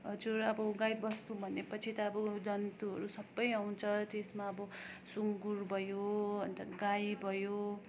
हजुर अब गाईबस्तु भनेपछि त अब जन्तुहरू सबै आउँछ त्यसमा अब सुँगुर भयो अन्त गाई भयो